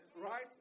right